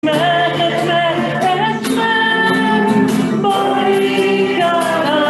מזה, מזה, מזה, בואי, כלה